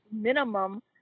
minimum